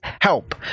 help